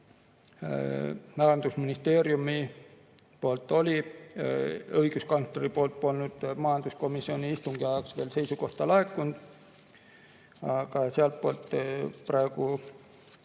Majandusministeeriumi poolt oli. Õiguskantslerilt polnud majanduskomisjoni istungi ajaks veel seisukohta laekunud, aga sealtpoolt praegu